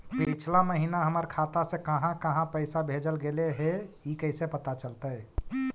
पिछला महिना हमर खाता से काहां काहां पैसा भेजल गेले हे इ कैसे पता चलतै?